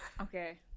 Okay